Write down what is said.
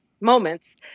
moments